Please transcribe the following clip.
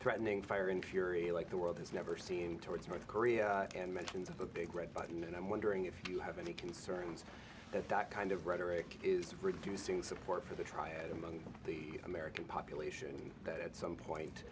threatening fire in theory like the world has never seen towards north korea and mentions of a big red button and i'm wondering if you have any concerns that that kind of rhetoric is reducing support for the triad among the american population that at some point